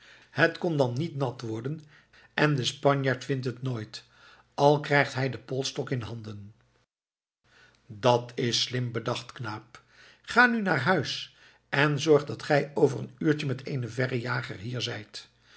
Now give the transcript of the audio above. het kon dan niet nat worden en de spanjaard vindt het nooit al krijgt hij den polsstok in handen dat is slim bedacht knaap ga nu naar huis en zorg dat gij over een uurtje met eenen verrejager hier zijt